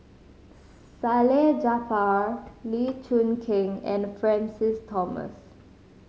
Salleh Japar Lee Choon Kee and Francis Thomas